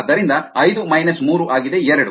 ಆದ್ದರಿಂದ ಐದು ಮೈನಸ್ ಮೂರು ಆಗಿದೆ ಎರಡು